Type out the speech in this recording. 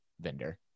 vendor